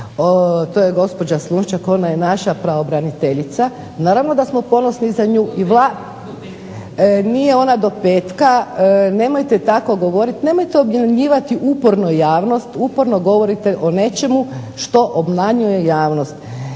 to je gospođa Slunjščak. Ona je naša pravobraniteljica. Naravno da smo ponosni na nju. Nije ona do petka, nemojte tako govoriti, nemojte obmanjivati uporno javnost. Uporno govorite o nečemu što obmanjuje javnost.